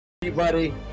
buddy